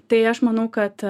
tai aš manau kad